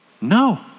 No